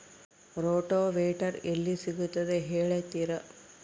Rotavator ಎಲ್ಲಿ ಸಿಗುತ್ತದೆ ಹೇಳ್ತೇರಾ?